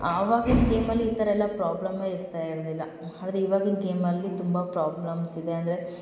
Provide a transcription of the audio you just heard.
ಅವಾಗಿಂದ ಗೇಮಲ್ಲಿ ಈ ಥರ ಎಲ್ಲ ಪ್ರಾಬ್ಲಮ್ಮೆ ಇರ್ತಾ ಇರಲಿಲ್ಲ ಆದರೆ ಇವಾಗಿಂದ ಗೇಮಲ್ಲಿ ತುಂಬ ಪ್ರೋಬ್ಲಮ್ಸ್ ಇದೆ ಅಂದರೆ